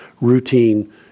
routine